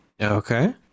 Okay